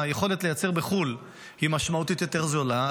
היכולת לייצר בחו"ל היא משמעותית יותר זולה.